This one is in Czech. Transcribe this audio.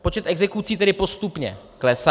Počet exekucí tedy postupně klesá.